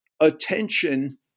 attention